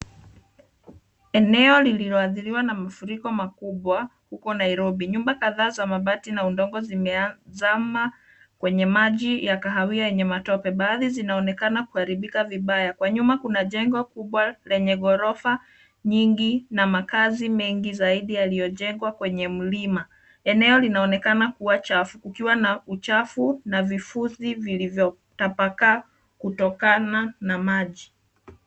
Eneo lililoathiriwa na mafuriko huko Nairobi. Nyumba kadhaa ya mabati na matope zimezama kwenye maji ya kahawia na matope. Baadhi zinaonekana kuharibika vibaya. Kwa nyuma kuna jengo kubwa lenye ghorofa nyingi na makazi mengi zaidi yaliyojengwa kwenye mlima. Eneo linaonekana kuwa chafu kukiwa na uchafu na vifuzi vilivyotapakaa kutokana na maji.